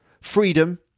freedom